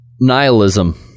Nihilism